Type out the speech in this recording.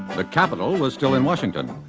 the capital was still in washington,